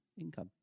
income